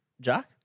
Jack